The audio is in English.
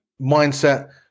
mindset